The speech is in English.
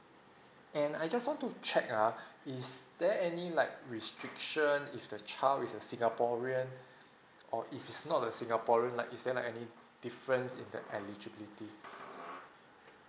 and I just want to check uh is there any like restriction if the child with a singaporean or if it's not the singaporean like is there like any difference in the eligibility